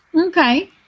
Okay